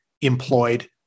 employed